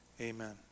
amen